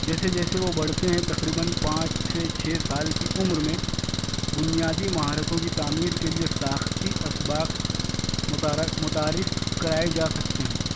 جیسے جسیے وہ بڑھتے ہیں تقریباََ پانچ سے چھ سال کی عمر میں بنیادی مہارتوں کی تعمیر کے لیے ساختی اسباق معتارَف متعارف کرائے جا سکتے ہیں